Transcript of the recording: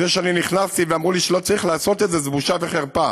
זה שאני נכנסתי ואמרו לי שלא צריך לעשות את זה זו בושה וחרפה.